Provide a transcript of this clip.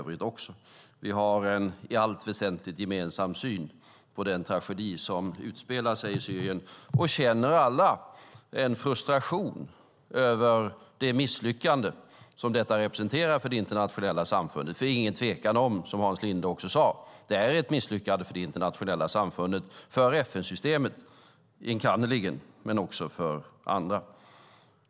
Vi har en i allt väsentligt gemensam syn på den tragedi som utspelar sig i Syrien och känner alla en frustration över det misslyckande som det innebär för det internationella samfundet. Det är ingen tvekan om, som Hans Linde sade, att det är ett misslyckande för det internationella samfundet, för FN-systemet enkannerligen men också för andra.